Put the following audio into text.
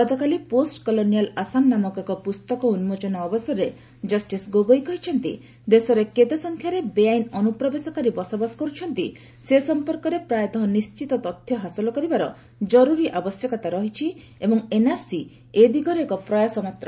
ଗତକାଲି post colonial Assam ନାମକ ଏକ ପୁସ୍ତକ ଉନ୍କୋଚନ ଅବସରରେ କଷ୍ଟିସ୍ ଗୋଗୋଇ କହିଛନ୍ତି ଦେଶରେ କେତେ ସଂଖ୍ୟାରେ ବେଆଇନ ଅନୁପ୍ରବେଶକାରୀ ବସବାସ କରୁଛନ୍ତି ସେ ସଂପର୍କରେ ପ୍ରାୟତଃ ସଠିକ୍ ତଥ୍ୟ ହାସଲ କରିବାର ଜରୁରୀ ଆବଶ୍ୟକତା ରହିଛି ଏବଂ ଏନ୍ଆର୍ସି ଏ ଦିଗରେ ଏକ ପ୍ରୟାସ ମାତ୍ର